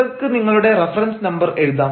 നിങ്ങൾക്ക് നിങ്ങളുടെ reference number എഴുതാം